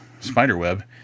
Spiderweb